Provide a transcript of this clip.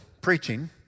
preaching